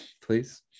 please